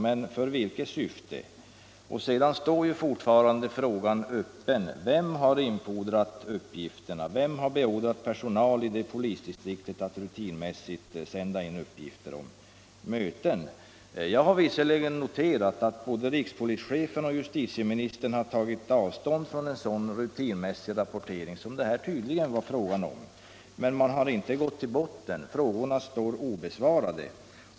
— Men för vilket syfte? Sedan står den frågan alltjämt öppen: Vem har infordrat uppgifterna? Vem har beordrat personal i polisdistriktet att rutinmässigt sända in uppgifter om möten? Jag har visserligen noterat att både rikspolischefen och justitieministern har tagit avstånd från en sådan rutinmässig rapportering som det här tydligen har varit fråga om, men man har inte gått till botten. Frågorna kvarstår obesvarade.